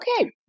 okay